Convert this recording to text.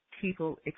people